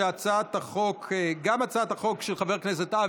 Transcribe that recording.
ההצעה להעביר את הצעת חוק-יסוד: השפיטה (תיקון,